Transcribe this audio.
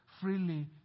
Freely